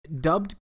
Dubbed